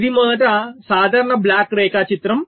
ఇది మొదట సాధారణ బ్లాక్ రేఖాచిత్రం